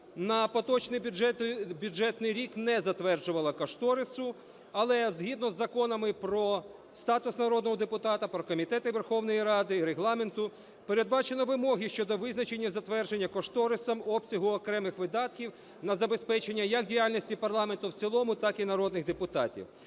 на поточний бюджетний рік не затверджувала кошторису. Але згідно з законами про статус народного депутата, про комітети Верховної Ради, Регламентом передбачено вимоги щодо визначення і затвердження кошторисом обсягу окремих видатків на забезпечення як діяльності парламенту в цілому, так і народних депутатів.